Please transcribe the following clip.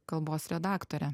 kalbos redaktore